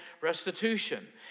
restitution